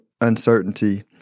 uncertainty